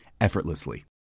effortlessly